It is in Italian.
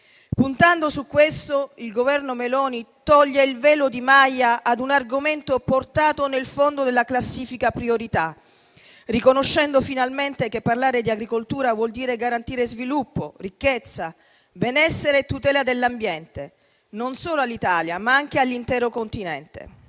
Puntando su questo, il Governo Meloni toglie il velo di Maya ad un argomento portato nel fondo della classifica delle priorità, riconoscendo finalmente che parlare di agricoltura vuol dire garantire sviluppo, ricchezza, benessere e tutela dell'ambiente non solo all'Italia, ma anche all'intero Continente.